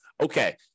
okay –